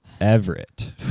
Everett